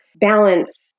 balance